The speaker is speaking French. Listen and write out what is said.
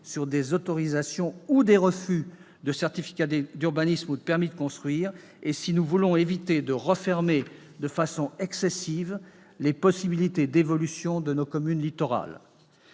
des autorisations, ou opposé des refus, de certificat d'urbanisme ou de permis de construire, et si nous ne souhaitons pas refermer de façon excessive les possibilités d'évolution de nos communes littorales.